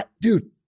dude